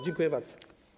Dziękuję bardzo.